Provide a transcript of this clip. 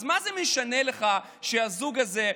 אז מה זה משנה לך שהזוג הזה,